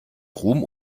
ruhm